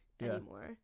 anymore